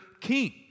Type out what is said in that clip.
king